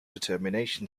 determination